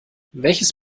welches